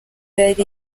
yari